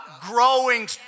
growing